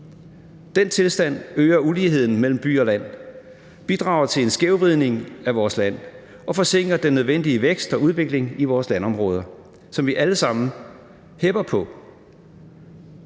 Den tilstand øger uligheden mellem by og land, bidrager til en skævvridning af vores land og forsinker den nødvendige vækst og udvikling i vores landområder, som vi alle sammen hepper på.